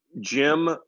jim